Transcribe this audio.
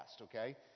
okay